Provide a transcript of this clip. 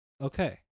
Okay